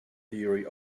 theory